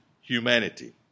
humanity